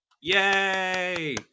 Yay